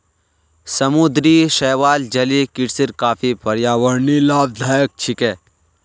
समुद्री शैवाल जलीय कृषिर काफी पर्यावरणीय लाभदायक छिके